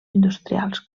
industrials